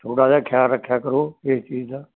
ਥੋੜ੍ਹਾ ਜਿਹਾ ਖਿਆਲ ਰੱਖਿਆ ਕਰੋ ਇਸ ਚੀਜ਼ ਦਾ